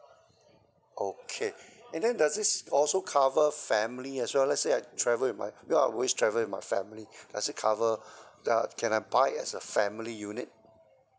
okay and then does this also cover family as well let's say I travel with my because I always travel with my family does it cover uh can I buy it as a family unit